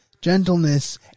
gentleness